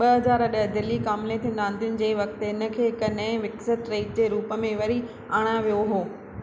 ॿ हजार ॾह दिल्ली कॉमनवेल्थ रांदियुनि जे वक़्तु इन खे हिकु नए ऐं विकसित ट्रैक जे रूप में वरी आणा वियो हुओ